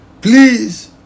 please